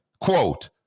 Quote